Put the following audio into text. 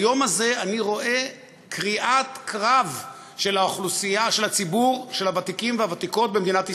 ביום הזה אני רואה קריאת קרב של ציבור הוותיקים והוותיקות במדינת ישראל.